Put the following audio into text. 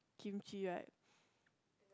Kimchi right